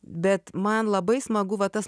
bet man labai smagu va tas